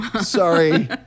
Sorry